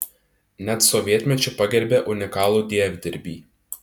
net sovietmečiu pagerbė unikalų dievdirbį